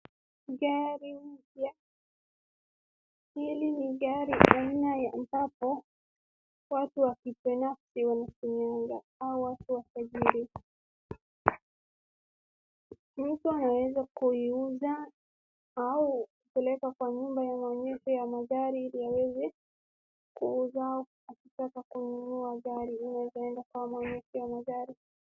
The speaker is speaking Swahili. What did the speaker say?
Hili ni gari aina ya ambapo watu wa binafsi wanatumianga au watu wa tajiri, mtu anaweza kuiuza au kupeleka kwa nyumba ya maonyesho ya magari yaweze kuuza, ukitaka kununua gari unaweza enda kwa maonyesho ya magari.